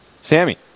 Sammy